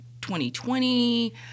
2020